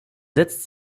setzt